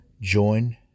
Join